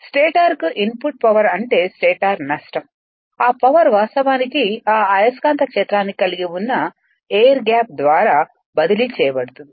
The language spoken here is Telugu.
స్టేటర్కు ఇన్పుట్ పవర్ అంటే స్టేటర్ నష్టం ఆ పవర్ వాస్తవానికి ఆ అయస్కాంత క్షేత్రాన్ని కలిగి ఉన్న ఎయిర్ గ్యాప్ ద్వారా బదిలీ చేయబడుతుంది